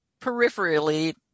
peripherally